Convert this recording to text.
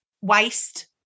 waste